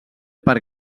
per